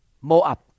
Moab